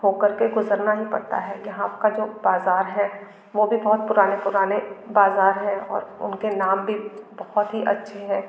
हो कर के गुज़रना ही पड़ता है यहाँ का जो बाज़ार है वो भी बहुत पुराने पुराने बाज़ार हैं और उनके नाम भी बहुत ही अच्छे हैं